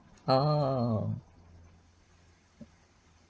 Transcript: uh